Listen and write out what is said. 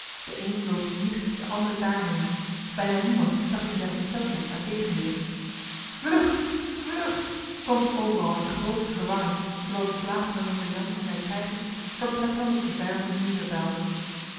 de een vlood hier de ander daarheen bijna niemand dacht in zijne ontsteltenis aan tegenweer vlucht vlucht klonk het overal in de grootste verwarring terwijl de slagen van jonker jan en zijne krijgers verpletterend op de vijanden nederdaalden